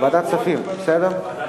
ועדת הכספים זה קצת בעייתי,